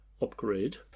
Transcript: upgrade